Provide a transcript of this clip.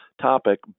topic